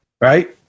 Right